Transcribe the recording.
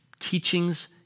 teachings